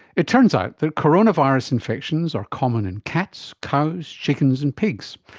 it turns out that coronavirus infections are common in cats, cows, chickens and pigs.